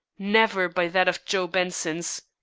never by that of joe benson's.